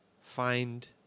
find